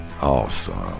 Awesome